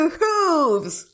hooves